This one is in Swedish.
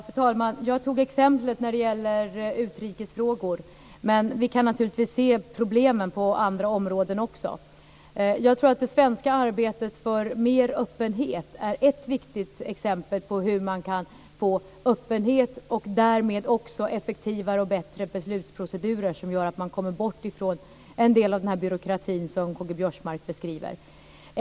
Fru talman! Jag tog exemplet när det gäller utrikesfrågor. Men vi kan naturligtvis se problemen också på andra områden. Jag tror att det svenska arbetet för mer öppenhet är ett viktigt exempel på hur man kan få öppenhet och därmed också effektivare och bättre beslutsprocedurer som gör att man kommer bort från en del av den byråkrati som Karl-Göran Biörsmark beskriver.